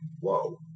whoa